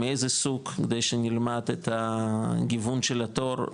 מאיזה סוג כדי שנלמד את הגיוון של התור,